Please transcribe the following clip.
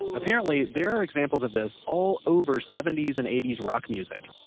apparently, there are examples of this all over seventies and eighties rock music.